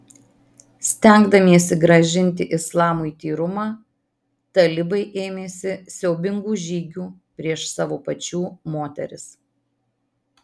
stengdamiesi grąžinti islamui tyrumą talibai ėmėsi siaubingų žygių prieš savo pačių moteris